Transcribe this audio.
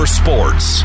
sports